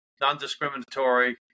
non-discriminatory